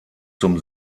zum